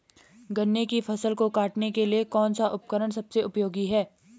गन्ने की फसल को काटने के लिए कौन सा उपकरण सबसे उपयोगी है?